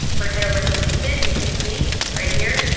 when i head over to linkedin, you can see right here,